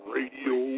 Radio